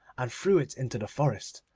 and threw it into the forest,